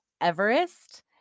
Everest